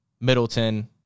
Middleton